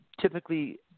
typically